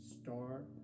start